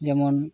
ᱡᱮᱢᱚᱱ